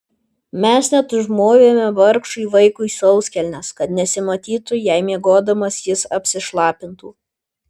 mes net užmovėme vargšui vaikui sauskelnes kad nesimatytų jei miegodamas jis apsišlapintų